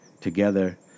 together